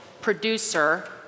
producer